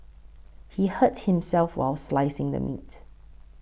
he hurt himself while slicing the meat